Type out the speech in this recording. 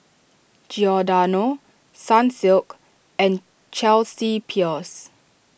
Giordano Sunsilk and Chelsea Peers